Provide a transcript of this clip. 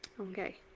Okay